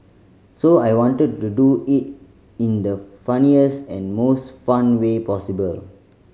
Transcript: so I wanted to do it in the funniest and most fun way possible